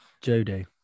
jody